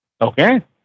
Okay